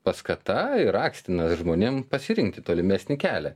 paskata ir akstinas žmonėm pasirinkti tolimesnį kelią